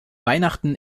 weihnachten